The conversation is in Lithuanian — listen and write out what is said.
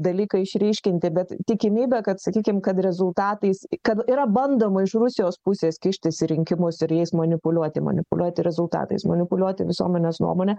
dalyką išryškinti bet tikimybė kad sakykim kad rezultatais kad yra bandoma iš rusijos pusės kištis į rinkimus ir jais manipuliuoti manipuliuoti rezultatais manipuliuoti visuomenės nuomone